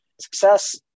success